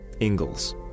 Ingalls